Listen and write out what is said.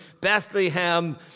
Bethlehem